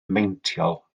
meintiol